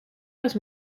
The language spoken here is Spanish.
los